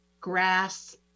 grass